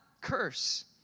curse